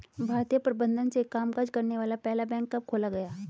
भारतीय प्रबंधन से कामकाज करने वाला पहला बैंक कब खोला गया?